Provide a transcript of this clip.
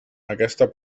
aquesta